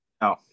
No